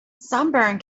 sunburn